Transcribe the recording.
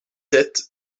sept